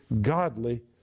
godly